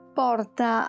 porta